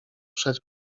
wszedł